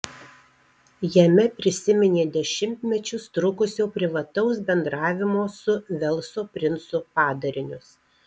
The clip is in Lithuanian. jame prisiminė dešimtmečius trukusio privataus bendravimo su velso princu padarinius